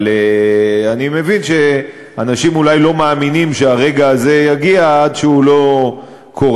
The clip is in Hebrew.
אבל אני מבין שאנשים אולי לא מאמינים שהרגע הזה יגיע עד שזה לא קורה,